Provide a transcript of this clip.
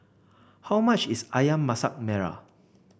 how much is ayam Masak Merah